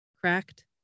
Cracked